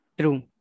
True